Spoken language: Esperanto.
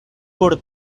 por